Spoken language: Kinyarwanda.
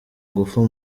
ngufu